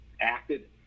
acted